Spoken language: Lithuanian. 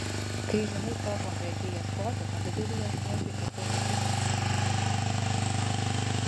kai žinai ko konkrečiai ieškoti tada gali ieškoti ir tuo pačiu pasidairyti dar ko nors įtartino